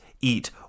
eat